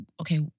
okay